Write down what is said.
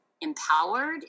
Empowered